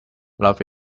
love